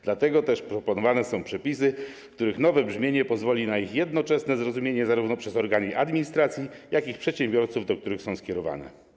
Dlatego też proponowane są przepisy, których nowe brzmienie pozwoli na ich jednoznaczne rozumienie zarówno przez organy administracji, jak i przedsiębiorców, do których są skierowane.